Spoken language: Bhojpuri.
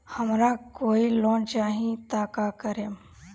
हमरा कोई लोन चाही त का करेम?